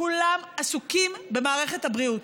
כולם עסוקים במערכת הבריאות.